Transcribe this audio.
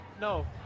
No